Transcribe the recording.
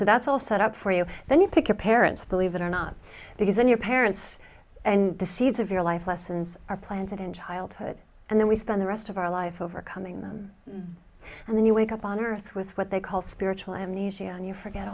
so that's all set up for you then you pick your parents believe it or not because then your parents and the seeds of your life lessons are planted in childhood and then we spend the rest of our life overcoming them and then you wake up on earth with what they call spiritual amnesia and you forget